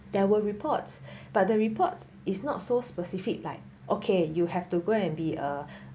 there were reports but the reports is not so specific like okay you have to go and be a